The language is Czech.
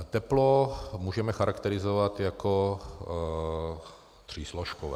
Teplo můžeme charakterizovat jako třísložkové.